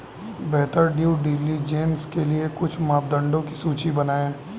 बेहतर due diligence के लिए कुछ मापदंडों की सूची बनाएं?